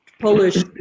Polish